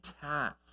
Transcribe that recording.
task